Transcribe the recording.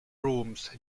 rooms